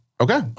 okay